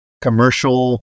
commercial